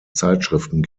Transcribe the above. zeitschriften